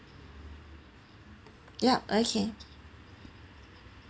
yup okay